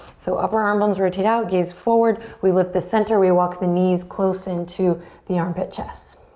so upper arm bones rotate out, gaze forward. we lift the center, we walk the knees close into the armpit chest.